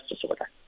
disorder